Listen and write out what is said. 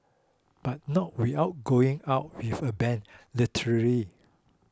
but not without going out with a bang literal